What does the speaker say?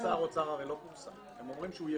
הרי נוהל שר האוצר לא פורסם, אומרים שהוא יפורסם.